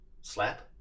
Slap